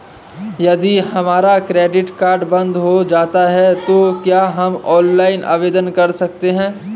यदि हमारा credit card बंद हो जाता है तो क्या हम ऑनलाइन आवेदन कर सकते हैं?